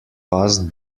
passed